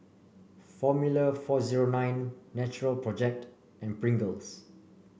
Formula four zero nine Natural Project and Pringles